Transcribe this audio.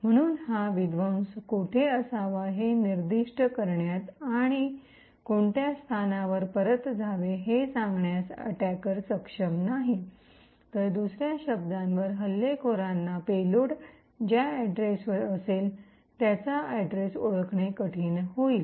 म्हणून हा विध्वंस कोठे असावा हे निर्दिष्ट करण्यात आणि कोणत्या स्थानावर परत जावे हे सांगण्यास अटैकर सक्षम नाही तर दुसर्या शब्दांवर हल्लेखोरांना पेलोड ज्या अड्रेसवर असेल त्याचा अड्रेस ओळखणे कठीण होईल